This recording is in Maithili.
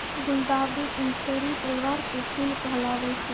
गुलदावरी इंफेरी परिवार के फूल कहलावै छै